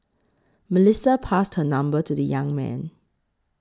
Melissa passed her number to the young man